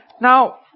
Now